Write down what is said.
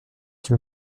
qui